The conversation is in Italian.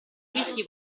whisky